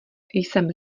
jsem